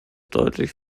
deutlich